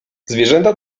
zwierzęta